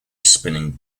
spinning